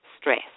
stress